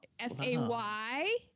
F-A-Y